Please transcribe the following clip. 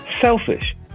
selfish